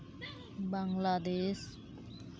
Bangladesh